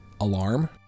Alarm